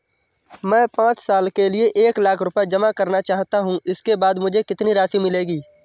मैं पाँच साल के लिए एक लाख रूपए जमा करना चाहता हूँ इसके बाद मुझे कितनी राशि मिलेगी?